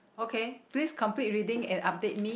okay please complete reading and update me